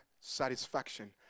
satisfaction